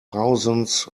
thousands